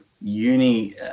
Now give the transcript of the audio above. uni